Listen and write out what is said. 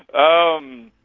um,